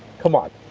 come on.